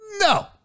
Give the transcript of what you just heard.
No